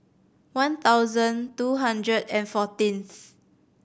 one thousand two hundred and fourteenth